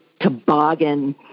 toboggan